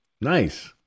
Nice